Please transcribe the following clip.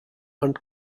and